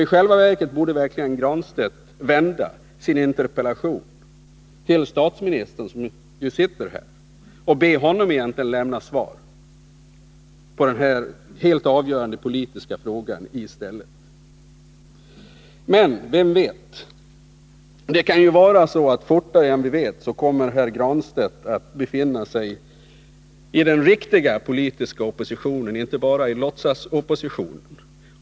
I själva verket borde Pär Granstedt rikta sin interpellation till statsministern, som ju sitter här, och be honom lämna svar på den här helt avgörande politiska frågan. Men vem vet? Det kan ju vara så att fortare än vi tänkt kommer herr Granstedt att befinna sig i den riktiga ekonomiska oppositionen, inte bara i låtsasoppositionen.